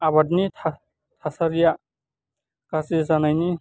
आबादनि थासारिया गाज्रि जानायनि